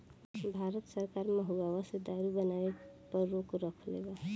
भारत सरकार महुवा से दारू बनावे पर रोक रखले बा